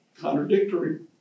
contradictory